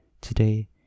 Today